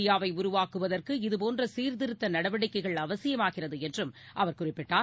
புதிய இந்தியாவை உருவாக்குவதற்கு இதுபோன்ற சீர்திருத்த நடவடிக்கைகள் அவசியமாகிறது என்றும் அவர் குறிப்பிட்டார்